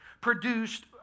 produced